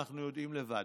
אנחנו יודעים לבד,